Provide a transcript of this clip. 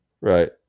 Right